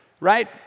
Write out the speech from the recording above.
right